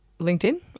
LinkedIn